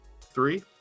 three